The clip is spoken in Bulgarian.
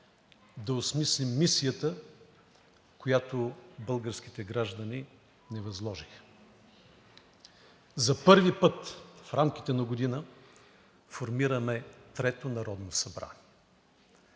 да осмислим мисията, която българските граждани ни възложиха. За първи път в рамките на година формираме трето Народно събрание.